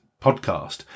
podcast